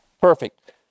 perfect